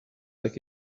like